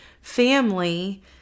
family